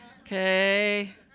okay